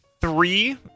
Three